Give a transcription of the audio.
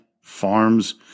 farms